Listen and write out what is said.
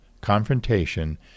confrontation